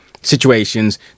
situations